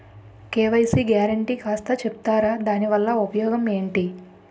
KYC guarantee కాస్త చెప్తారాదాని వల్ల ఉపయోగం ఎంటి?